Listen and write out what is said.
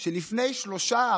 שלפני שלושה,